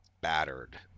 battered